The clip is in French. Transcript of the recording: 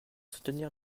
soutenir